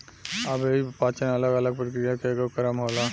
अव्ययीय पाचन अलग अलग प्रक्रिया के एगो क्रम होला